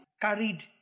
carried